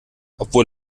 obwohl